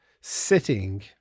sitting